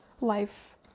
life